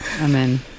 Amen